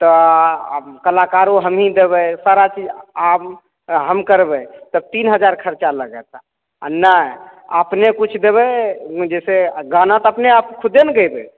तऽ कलाकारों हमहीं गैबै सारा चीज आब हम करबै तब तीन हजार खर्चा लागत आ नहि अपने किछु देबै जैसे गाना तऽ अपने आप खुदे ने गयबै